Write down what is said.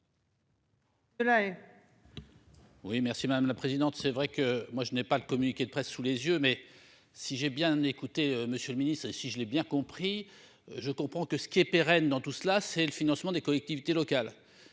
Oui merci madame la présidente. C'est vrai que moi je n'ai pas le communiqué de presse sous les yeux mais si j'ai bien écouté Monsieur le Ministre, si je l'ai bien compris. Je comprends que ce qui est pérenne dans tout cela, c'est le financement des collectivités locales.